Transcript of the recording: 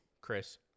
Chris